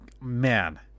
man